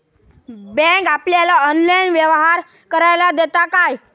Bank आपल्याला online व्यवहार करायला देता काय?